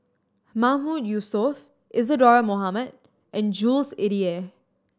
Mahmood Yusof Isadhora Mohamed and Jules Itier